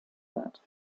wird